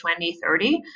2030